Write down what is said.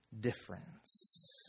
difference